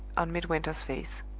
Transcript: on midwinter's face.